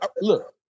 look